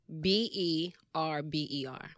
B-E-R-B-E-R